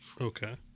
Okay